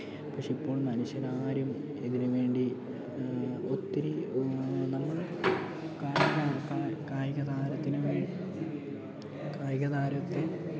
പക്ഷേ ഇപ്പോൾ മനുഷ്യനാരും ഇതിനുവേണ്ടി ഒത്തിരി നമ്മൾ കായികതാരത്തിനു കായികതാരത്തെ